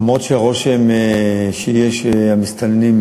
וגם אם הרושם שיש הוא שהמסתננים,